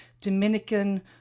Dominican